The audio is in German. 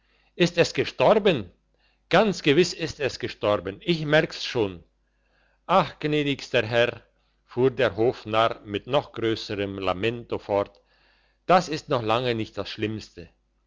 ist es gestorben ganz gewiss ist es gestorben ich merk's schon ach gnädigster herr fuhr der hofnarr mit noch grösserm lamento fort das ist noch lange nicht das schlimmste